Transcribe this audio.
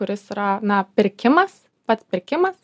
kuris yra na pirkimas pats pirkimas